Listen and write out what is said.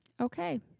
Okay